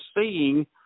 seeing